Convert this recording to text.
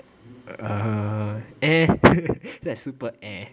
uh eh that's super eh